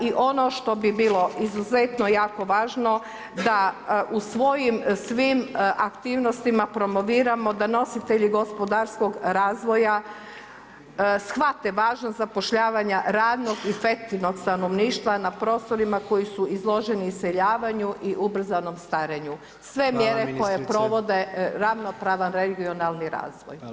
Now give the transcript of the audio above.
I ono što bi bilo izuzetno jako važno da u svojim svim aktivnostima promoviramo da nositelji gospodarskog razvoja shvate važnost zapošljavanja radnog efektivnog stanovništva na prostorima koji su izloženi iseljavanju i ubrzanom starenju, sve mjere koje provode ravnopravan regionalan razvoj.